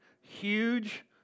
huge